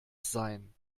sein